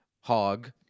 hog